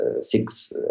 six